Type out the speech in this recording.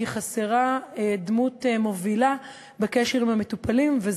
כי חסרה דמות מובילה בקשר עם המטופלים,